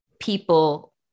people